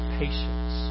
patience